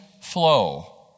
flow